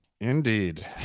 Indeed